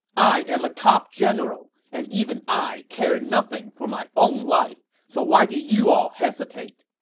i am a top general, and even i care nothing for my own life. so why do you all hesitate?